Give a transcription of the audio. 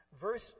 Verse